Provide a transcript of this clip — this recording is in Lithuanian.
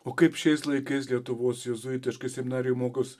o kaip šiais laikais lietuvos jėzuitiškoj seminarijoj mokos